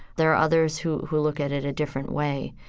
there are others who, who look at it at a different way.